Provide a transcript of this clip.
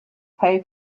pay